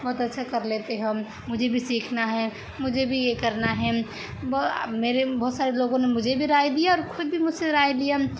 بہت اچھا کر لیتے ہو مجھے بھی سیکھنا ہے مجھے بھی یہ کرنا ہے میرے بہت سارے لوگوں نے مجھے بھی رائے دیا اور خود بھی مجھ سے رائے لیا